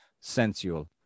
sensual